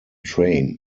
train